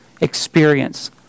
experience